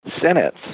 sentence